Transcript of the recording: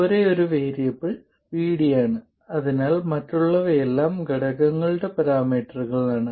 ഒരേയൊരു variable VD ആണ് അതിനാൽ മറ്റുള്ളവയെല്ലാം ഘടകങ്ങളുടെ പരാമീറ്ററുകളാണ്